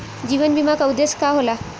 जीवन बीमा का उदेस्य का होला?